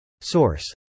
Source